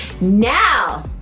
now